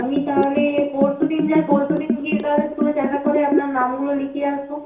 আমি তাহলে পরশু দিন যাই পরশু দিন গিয়ে তাহলে স্কুলে দেখা করে আপনার নামগুলো লিখিয়ে আসবো